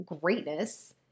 greatness